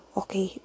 okay